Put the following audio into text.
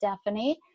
Stephanie